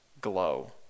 glow